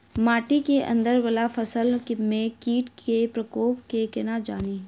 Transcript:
माटि केँ अंदर वला फसल मे कीट केँ प्रकोप केँ कोना जानि?